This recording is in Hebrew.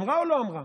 אמרה או לא אמרה?